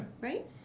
Right